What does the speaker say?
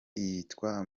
yitwa